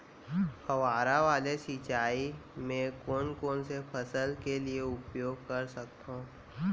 फवारा वाला सिंचाई मैं कोन कोन से फसल के लिए उपयोग कर सकथो?